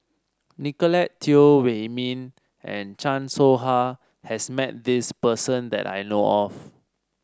Nicolette Teo Wei Min and Chan Soh Ha has met this person that I know of